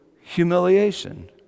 humiliation